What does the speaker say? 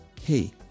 Hey